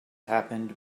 happened